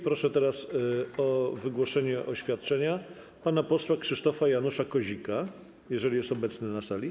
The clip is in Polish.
Proszę teraz o wygłoszenie oświadczenia pana posła Krzysztofa Janusza Kozika, jeżeli jest obecny na sali.